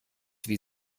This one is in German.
wie